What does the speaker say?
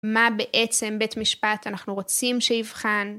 מה בעצם בית משפט אנחנו רוצים שיבחן?